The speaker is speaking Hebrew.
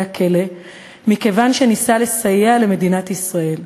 הכלא מכיוון שניסה לסייע למדינת ישראל.